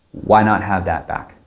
why not have that back?